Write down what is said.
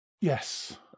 Yes